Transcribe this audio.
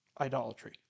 idolatry